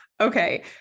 Okay